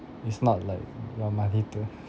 it's not like your money to